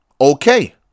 okay